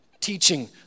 Teaching